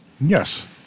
Yes